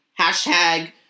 Hashtag